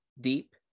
deep